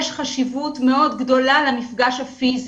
יש חשיבות מאוד גדולה למפגש הפיזי.